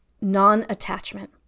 non-attachment